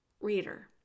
Reader